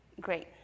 Great